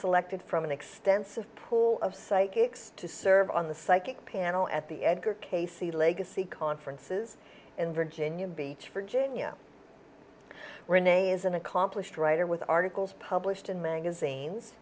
selected from an extensive pool of psychics to serve on the psychic panel at the edgar casey legacy conferences in virginia beach virginia rene is an accomplished writer with articles published in magazines